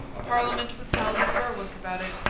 a parliament was held at berwick about it,